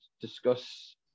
discuss